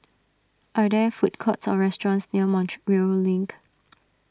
are there food courts or restaurants near Montreal Link